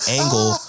angle